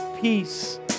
peace